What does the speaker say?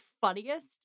funniest